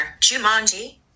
Jumanji